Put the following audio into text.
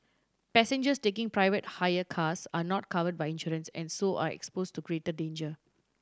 passengers taking private hire cars are not covered by insurance and so are expose to greater danger